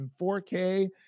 4k